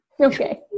Okay